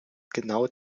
genau